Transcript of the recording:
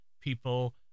people